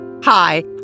Hi